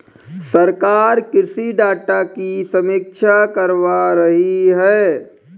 सरकार कृषि डाटा की समीक्षा करवा रही है